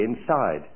inside